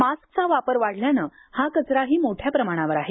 मास्कचा वापर वाढल्याने हा कचराही मोठ्या प्रमाणावर आहे